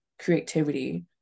creativity